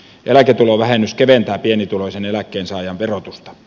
eläketulovähennys keventää pienituloisen eläkkeensaajan verotusta